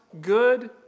good